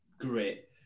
great